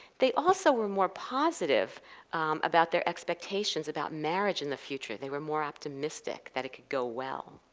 they also were more positive about their expectations about marriage in the future they were more optimistic that it could go well.